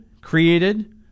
created